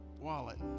wallet